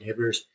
inhibitors